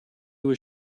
was